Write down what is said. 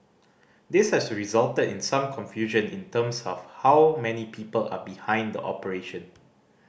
this has resulted in some confusion in terms of how many people are behind the operation